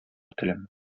телем